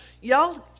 Y'all